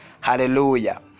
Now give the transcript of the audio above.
Hallelujah